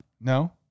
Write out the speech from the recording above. No